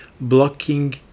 blocking